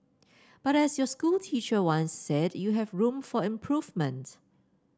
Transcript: but as your school teacher once said you have room for improvement